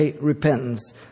repentance